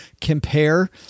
compare